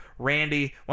Randy